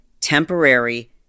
temporary